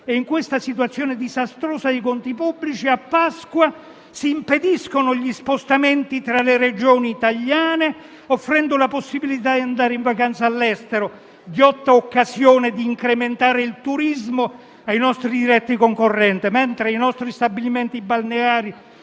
In questa situazione disastrosa per i conti pubblici, a Pasqua si impediscono gli spostamenti tra le Regioni italiane, offrendo la possibilità di andare in vacanza all'estero, offrendo una ghiotta occasione di incrementare il turismo ai nostri diretti concorrenti, mentre i nostri stabilimenti balneari